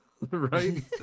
Right